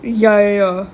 ya ya ya